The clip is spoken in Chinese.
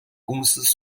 公司